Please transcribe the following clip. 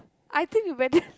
I think you better